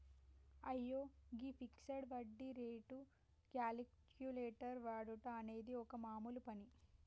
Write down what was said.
అయ్యో గీ ఫిక్సడ్ వడ్డీ రేటు క్యాలిక్యులేటర్ వాడుట అనేది ఒక మామూలు పని